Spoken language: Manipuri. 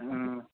ꯎꯝ